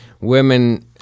women –